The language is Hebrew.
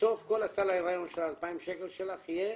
בסוף, כל סל ההריון של 2,000 שקל יהיה